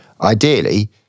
Ideally